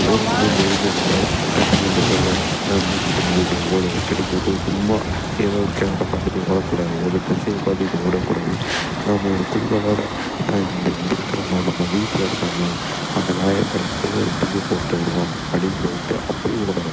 ஓடணுன்னா டக்குனு எழுந்திரிச்சோன்னே மூஞ்சியை கழுவிட்டு ஓடு அப்படின்னு சொல்லிட்டு சும்மா ஏதோ ஒரு கிழக்க பார்த்துட்டு ஓடக்கூடாது ஒரு திசையை பார்த்துக்கிட்டு ஓடக் கூடாது நம்ம ஒரு குறிக்கோளோடு இந்த இங்கே இருக்கிறோமா நம்ம வீட்டில் இருக்கிறோமா அந்த நாயர் கடைக்கு போயி ஒரு டீயை போட்டு வருவோம் அப்படின்னு சொல்லிட்டு அப்படி ஓடணும்